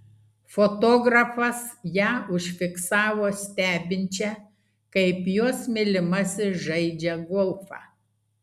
fotografas ją užfiksavo stebinčią kaip jos mylimasis žaidžią golfą